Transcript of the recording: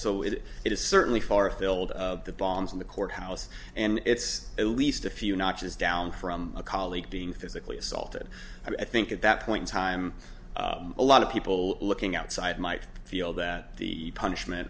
so it is certainly far afield of the bombs in the courthouse and it's at least a few notches down from a colleague being physically assaulted i think at that point time a lot of people looking outside might feel that the punishment